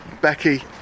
Becky